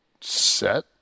set